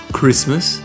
Christmas